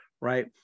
Right